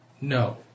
No